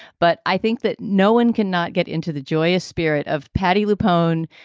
but i think that no one can not get into the joyous spirit of patti lupone,